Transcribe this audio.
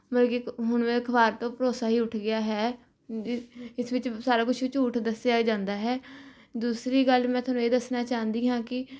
ਬਲਕਿ ਹੁਣ ਮੇਰਾ ਅਖ਼ਬਾਰ ਤੋਂ ਭਰੋਸਾ ਹੀ ਉੱਠ ਗਿਆ ਹੈ ਜਿ ਜਿਸ ਵਿੱਚ ਸਾਰਾ ਕੁਝ ਹੀ ਝੂਠ ਦੱਸਿਆ ਜਾਂਦਾ ਹੈ ਦੂਸਰੀ ਗੱਲ ਮੈਂ ਤੁਹਾਨੂੰ ਇਹ ਦੱਸਣਾ ਚਾਹੁੰਦੀ ਹਾਂ ਕਿ